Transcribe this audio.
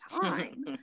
time